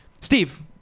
Steve